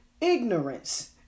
Ignorance